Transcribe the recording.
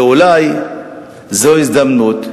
ואולי זאת הזדמנות,